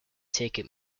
ticket